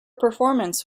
performance